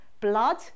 blood